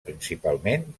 principalment